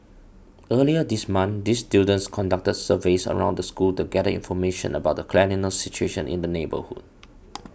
earlier this month these students conducted surveys around the school to gather information about the cleanliness situation in the neighbourhood